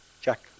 Check